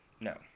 No